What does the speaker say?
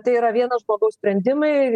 tai yra vieno žmogaus sprendimai